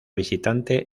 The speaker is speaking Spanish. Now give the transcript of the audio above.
visitante